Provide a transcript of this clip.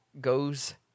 goes